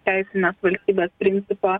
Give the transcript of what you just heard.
teisinės valstybės principą